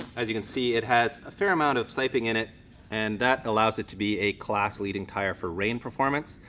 as you can see it has a fair amount of siping in it and that allows it to be a class-leading tyre for rain performance.